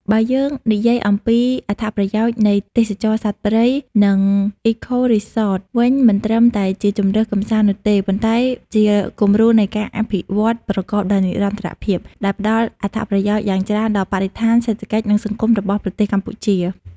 បើយើងនិយាយអំំពី អត្ថប្រយោជន៍នៃទេសចរណ៍សត្វព្រៃ និង Eco-Resorts វិញ មិនត្រឹមតែជាជម្រើសកម្សាន្តនោះទេ ប៉ុន្តែជាគំរូនៃការអភិវឌ្ឍប្រកបដោយនិរន្តរភាព ដែលផ្តល់អត្ថប្រយោជន៍យ៉ាងច្រើនដល់បរិស្ថាន សេដ្ឋកិច្ច និងសង្គមរបស់ប្រទេសកម្ពុជា។